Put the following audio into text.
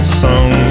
song